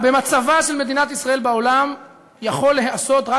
במצבה של מדינת ישראל בעולם יכול להיעשות רק